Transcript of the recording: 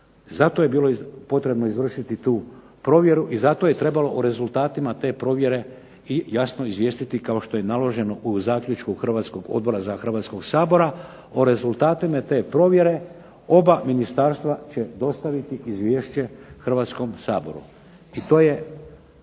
zato je bilo potrebno izvršiti tu provjeru, zato je trebalo o rezultatima te provjere jasno izvijestiti kao što je naloženo o zaključku Hrvatskog odbora, Hrvatskog sabora, o rezultatima te provjere oba ministarstva će dostaviti izvješće Hrvatskom saboru,